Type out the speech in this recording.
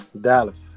Dallas